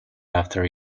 after